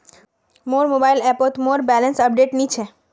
मोर मोबाइल ऐपोत मोर बैलेंस अपडेट नि छे